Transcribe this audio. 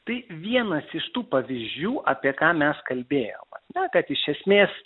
tai vienas iš tų pavyzdžių apie ką mes kalbėjom kad iš esmės